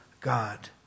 God